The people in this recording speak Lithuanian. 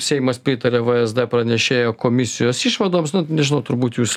seimas pritarė vsd pranešėjo komisijos išvadoms nu nežinau turbūt jūs